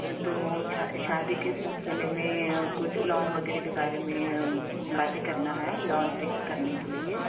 तो शादी के सिलसिले में कुछ लॉन वगैरह के बारे में बातें करना है लॉन फिक्स करने के लिए